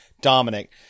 Dominic